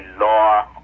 law